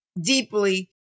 deeply